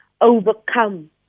overcome